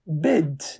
bid